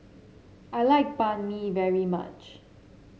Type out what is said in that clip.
I like Banh Mi very much